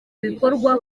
bikorwa